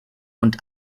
und